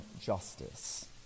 justice